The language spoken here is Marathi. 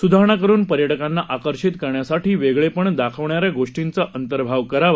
सुधारणा करून पर्यटकांना आकर्षित करण्यासाठी वेगळेपण दाखवणाऱ्या गोष्टींचा अंतर्भाव करावा